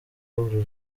uru